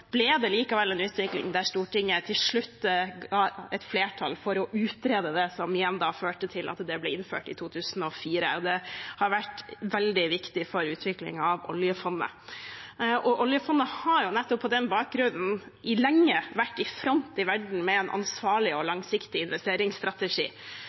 ble det likevel en utvikling der Stortinget til slutt ga et flertall for å utrede det, som igjen førte til at det ble innført i 2004. Det har vært veldig viktig for utviklingen av oljefondet. Oljefondet har nettopp på den bakgrunn lenge vært i front i verden med en ansvarlig og